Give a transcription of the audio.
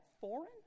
foreign